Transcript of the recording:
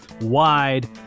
wide